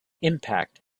impact